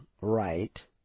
right